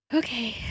okay